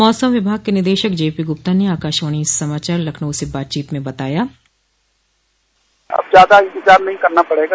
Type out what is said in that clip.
मौसम विभाग के निदेशक जेपीगुप्ता ने आकाशवाणी समाचार लखनऊ से बातचीत में बताया बाइट अब ज्यादा इंतजार नहीं करना पड़ेगा